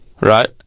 right